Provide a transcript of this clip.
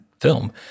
film